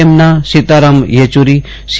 એમના સીતારામ યેચુરીસી